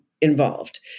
involved